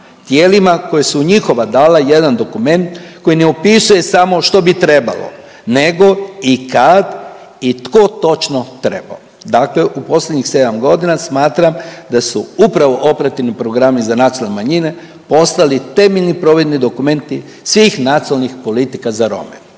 tijelima koja su njihova dala jedan dokument koji ne opisuje samo što bi trebalo nego i kad i tko točno trebao. Dakle, u posljedenjih sedam godina smatram da su upravo operativni programi za nacionalne manjine postali temeljni … dokumenti svih nacionalnih politika za Rome.